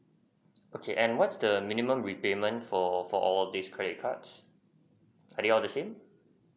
okay and what's the minimum repayment for for all these credit cards are they all the same